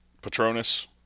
Patronus